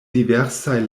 diversaj